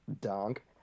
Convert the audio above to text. donk